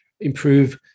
improve